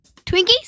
twinkies